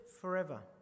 forever